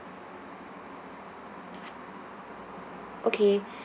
okay